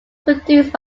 produced